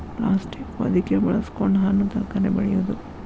plastic ಹೊದಿಕೆ ಬಳಸಕೊಂಡ ಹಣ್ಣು ತರಕಾರಿ ಬೆಳೆಯುದು